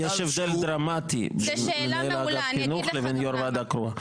יש הבדל דרמטי בין מנהל אגף חינוך לבין יו"ר ועדה קרואה.